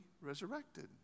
resurrected